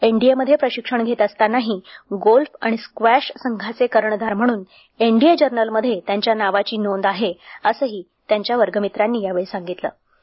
एनडीएमध्ये प्रशिक्षण घेत असतानाही गोल्फ आणि स्कॉश संघाचे कर्णधार म्हणून एनडीए जर्नलमध्ये त्यांच्या नावाची नोंद आहे असंही त्याच्या वर्गमित्रांनी सांगितलंय